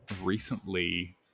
recently